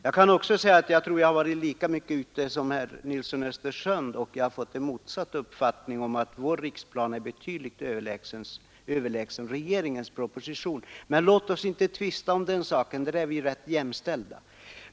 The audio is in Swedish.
Jag tror också att jag har varit lika mycket ute på möten som herr Nilsson i Östersund, och jag har fått motsatt uppfattning — att vår riksplan är betydligt överlägsen regeringens proposition. Men låt oss inte tvista om den saken; där är vi rätt jämställda.